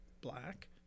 black